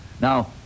Now